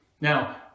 Now